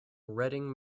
reading